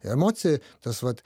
emocija tas vat